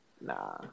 nah